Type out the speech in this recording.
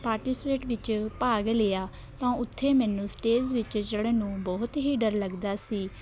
participate ਵਿੱਚ ਭਾਗ ਲਿਆ ਤਾਂ ਉੱਥੇ ਮੈਨੂੰ ਸਟੇਜ ਵਿੱਚ ਚੜ੍ਹਨ ਨੂੰ ਬਹੁਤ ਹੀ ਡਰ ਲੱਗਦਾ ਸੀ